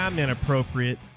Inappropriate